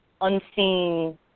unseen